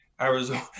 Arizona